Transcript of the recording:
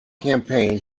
campaign